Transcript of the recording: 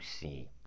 see